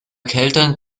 kälteren